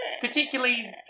Particularly